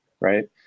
right